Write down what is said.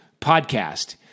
podcast